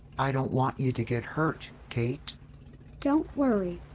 i don't want you to get hurt, kate don't worry,